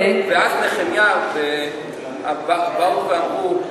עזרא ונחמיה באו ואמרו: